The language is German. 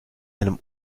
einem